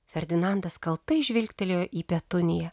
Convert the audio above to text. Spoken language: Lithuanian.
ferdinandas kaltai žvilgtelėjo į petuniją